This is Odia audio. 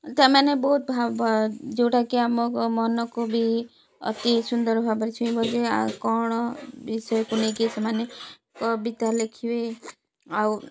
ସେମାନେ ବହୁତ ଯେଉଁଟାକି ଆମ ମନକୁ ବି ଅତି ସୁନ୍ଦର ଭାବରେ ଛୁଇଁ ବେଳେ ଆଉ କ'ଣ ବିଷୟକୁ ନେଇକି ସେମାନେ କବିତା ଲେଖିବେ ଆଉ